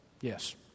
Yes